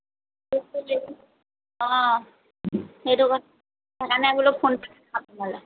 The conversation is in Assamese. হয় সেইটো কথা সেইকাৰণে বোলো